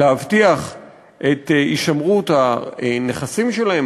להבטיח את הישמרות הנכסים שלהם,